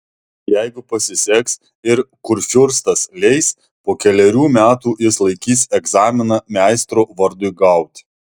jeigu pasiseks ir kurfiurstas leis po kelerių metų jis laikys egzaminą meistro vardui gauti